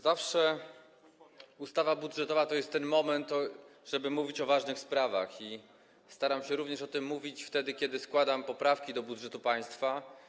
Zawsze ustawa budżetowa to jest ten moment, żeby mówić o ważnych sprawach, i staram się również o tym mówić, wtedy kiedy składam poprawki do projektu ustawy budżetowej państwa.